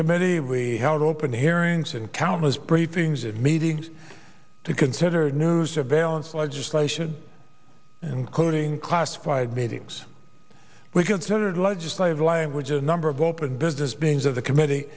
committee we held open hearings and countless briefings and meetings to consider new surveillance legislation including classified meetings we considered legislative language a number of open business beings of the committee